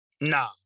Nah